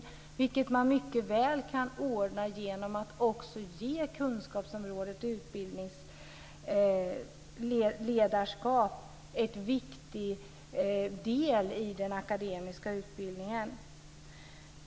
Det kan man mycket väl ordna genom att göra kunskapsområdet utbildningsledarskap till en viktig del i den akademiska utbildningen.